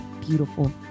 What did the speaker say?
beautiful